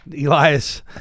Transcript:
Elias